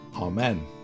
Amen